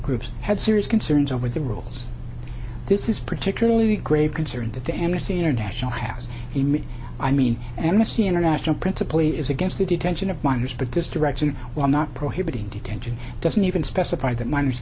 groups had serious concerns over the rules this is particularly grave concern that the amnesty international has been made i mean amnesty international principally is against the detention of minors but this direction while not prohibiting detention doesn't even specify that minors